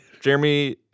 Jeremy